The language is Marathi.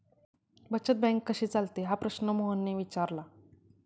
बचत बँक कशी चालते हा प्रश्न मोहनने विचारला?